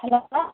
hello அக்கா